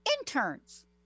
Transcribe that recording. interns